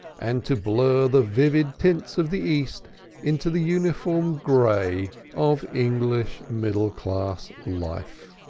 and to blur the vivid tints of the east into the uniform gray of english middle-class life.